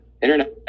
internet